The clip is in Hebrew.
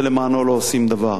ולמענו לא עושים דבר.